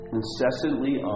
incessantly